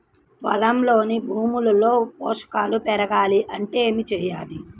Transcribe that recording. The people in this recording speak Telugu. పొలంలోని భూమిలో పోషకాలు పెరగాలి అంటే ఏం చేయాలి?